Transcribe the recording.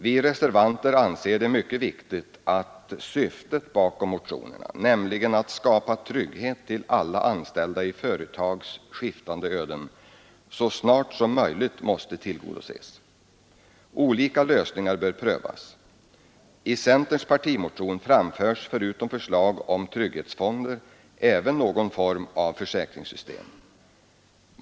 Vi reservanter anser det mycket viktigt att syftet med motionerna, nämligen att skapa trygghet för alla anställda i företags skiftande öden, så snart som möjligt tillgodoses. Olika lösningar bör prövas. I centerns partimotion framförs förutom förslag om trygghetsfonder även förslag om någon form av försäkringssystem.